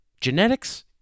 genetics